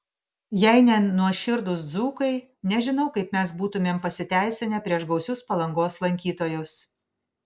jei ne nuoširdūs dzūkai nežinau kaip mes būtumėm pasiteisinę prieš gausius palangos lankytojus